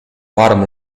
bottom